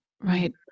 right